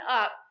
up